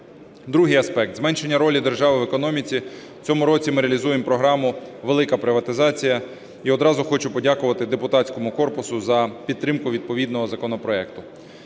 Другий аспект: зменшення ролі держави в економіці. В цьому році ми реалізуємо програму "Велика приватизація", і одразу хочу подякувати депутатському корпусу за підтримку відповідного законопроекту.